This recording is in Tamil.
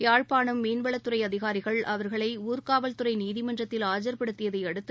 யாழ்ப்பாணம் மீன்வளத்துறை அதிகாரிகள் அவர்களை ஊர்க்காவல்துறை நீதிமன்றத்தில் ஆஜர்படுத்தியதை அடுத்து